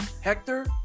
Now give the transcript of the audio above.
Hector